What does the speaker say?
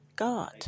God